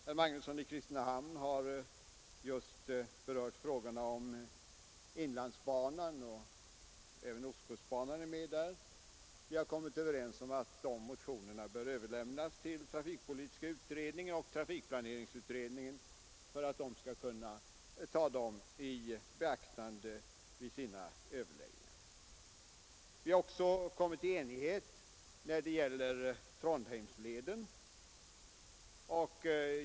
Herr Magnusson i Kristinehamn har just berört inlandsbanan, och även ostkustbanan är med i det sammanhanget. Vi har kommit överens om att de motioner som rör dessa punkter bör överlämnas till trafikpolitiska utredningen och trafikplaneringsutredningen, för att de skall kunna ta dem i beaktande vid sina överläggningar. Vi har också uppnått enighet när det gäller Trondheimsleden.